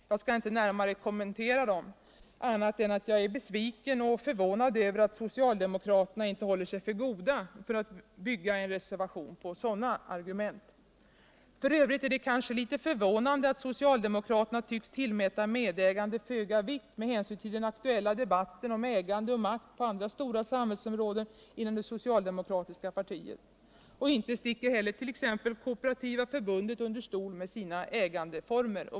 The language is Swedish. Jag skall inte närmare kommentera dem på annat sätt än att säga att jag är besviken och förvånad över att socialdemokraterna inte håller sig för goda för att bygga en reservation på sådana argument. F. ö. är det kanske litet förvånande att socialdemokraterna tycks tillmäta medägande föga vikt —- med hänsyn till den aktuella debatten inom det socialdemokratiska partiet om ägande och makt på andra stora samhällsområden. Och inte sticker heller Kooperativa förbundet under stol med sina ägandeformer.